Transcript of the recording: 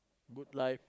good life